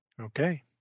Okay